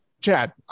Chad